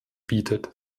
bietet